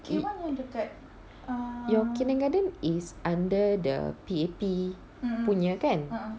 your kindergarten is under the P_A_P punya kan